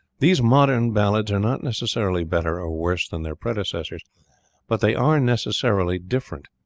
these modern ballads are not necessarily better or worse than their predecessors but they are necessarily different.